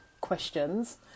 questions